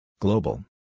Global